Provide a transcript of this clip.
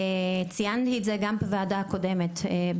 ציינתי את זה גם בוועדה הקודמת,